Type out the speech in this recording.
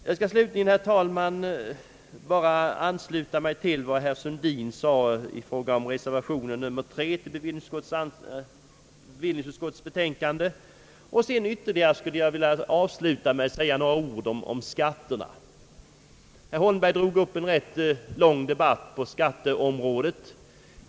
Jag skall slutligen, herr talman, bara ansluta mig till vad herr Sundin sade om reservationen nr 3 till bevillningsutskottets betänkande och då säga några ord om skatterna. Herr Holmberg drog upp en lång debatt på skatteområdet.